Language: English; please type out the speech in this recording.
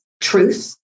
truth